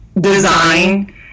design